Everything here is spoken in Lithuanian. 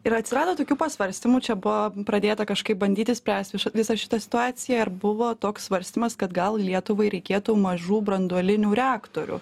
ir atsirado tokių pasvarstymų čia buvo pradėta kažkaip bandyti spręsti už visą šitą situaciją ir buvo toks svarstymas kad gal lietuvai reikėtų mažų branduolinių reaktorių